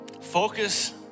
Focus